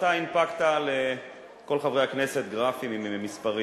אתה הנפקת לכל חברי הכנסת גרפים עם מספרים.